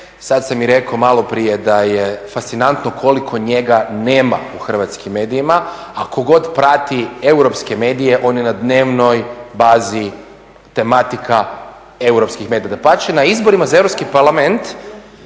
Sada sam i rekao maloprije da je fascinantno koliko njega nema u hrvatskim medijima a tko god prati europske medije on je na dnevnoj bazi tematika europskih medija. Dapače, na izborima za europski parlament